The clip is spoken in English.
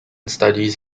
studies